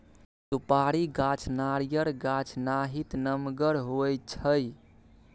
सुपारी गाछ नारियल गाछ नाहित नमगर होइ छइ